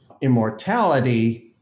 immortality